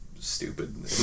stupid